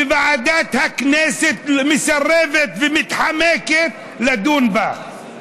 וועדת הכנסת מסרבת, ומתחמקת מלדון בה.